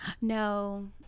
No